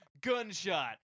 gunshot